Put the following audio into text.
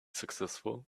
successful